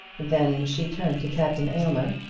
then she turned to captain aylmer.